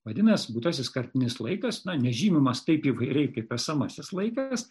vadinasi būtasisi kartinis laikas nežymimas taip įvairiai kaip esamasis laikas